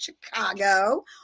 Chicago